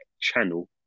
channel